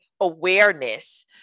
awareness